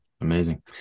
Amazing